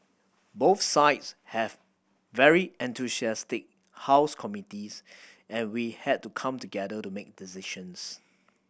both sides have very enthusiastic house committees and we had to come together to make decisions